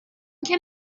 can